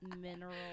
mineral